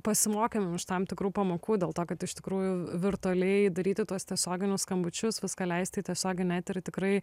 pasimokėm iš tam tikrų pamokų dėl to kad iš tikrųjų virtualiai daryti tuos tiesioginius skambučius viską leisti į tiesioginį eterį tikrai